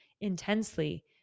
intensely